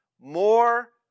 more